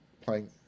playing